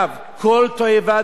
כל תועבה,